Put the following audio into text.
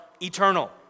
eternal